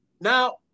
Now